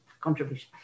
contribution